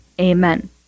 Amen